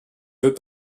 veut